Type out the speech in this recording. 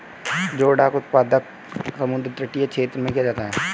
जोडाक उत्पादन समुद्र तटीय क्षेत्र में किया जाता है